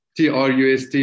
TRUST